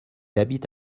habite